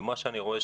ממה שאני רואה,